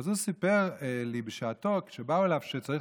הוא סיפר לי בשעתו שכשבאו אליו שצריך